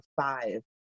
five